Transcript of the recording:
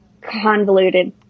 convoluted